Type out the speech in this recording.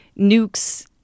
nukes